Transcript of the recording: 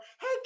Hey